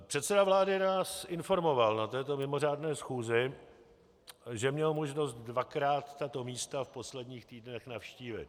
Předseda vlády nás informoval na této mimořádné schůzi, že měl možnost dvakrát tato místa v posledních týdnech navštívit.